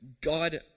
God